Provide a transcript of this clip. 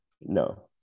No